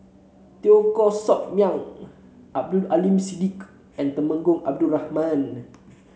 Teo Koh Sock Miang Abdul Aleem Siddique and Temenggong Abdul Rahman